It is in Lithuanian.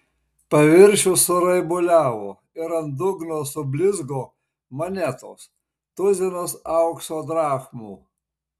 paviršius suraibuliavo ir ant dugno sublizgo monetos tuzinas aukso drachmų